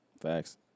Facts